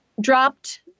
dropped